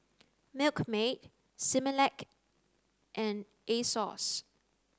milkmaid Similac and Asos